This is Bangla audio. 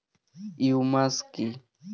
হিউমাস কি?